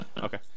okay